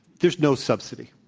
there's no subsidy,